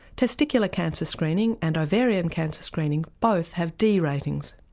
testicular cancer screening and ovarian cancer screening both have d ratings.